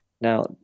Now